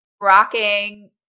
rocking